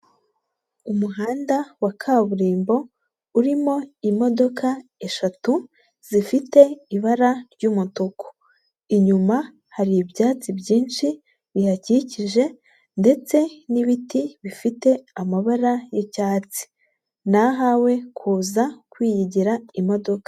Umuhanda wa kaburimbo urimo imodoka eshatu, zifite ibara ry'umutuku. Inyuma hari ibyatsi byinshi bihakikije ndetse n'ibiti bifite amabara y'icyatsi. Ni ahawe kuza kwiyigira imodoka.